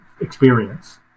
experience